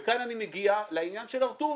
וכאן אני מגיע לעניין של "הר-טוב".